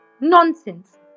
Nonsense